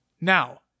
Now